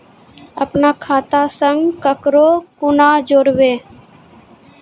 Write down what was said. अपन खाता संग ककरो कूना जोडवै?